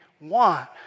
want